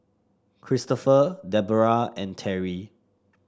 Christopher Deborrah and Terry